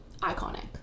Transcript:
iconic